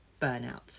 burnout